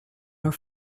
are